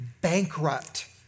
bankrupt